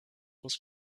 was